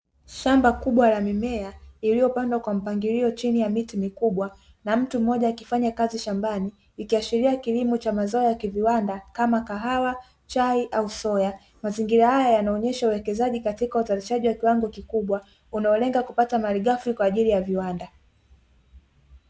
Shamba kubwa la mimea iliyopandwa kwa mpangilio chini ya miti mikubwa na mtu mmoja akifanya kazi shambani, ikiashiria kilimo cha mazao ya viwanda kama: kahawa, chai au soya. Mazingira haya yanaonyesha uwekezaji katika uzalishaji wa kiwango kikubwa, unaolenga kupata malighafi kwa ajili ya viwanda.